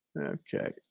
okay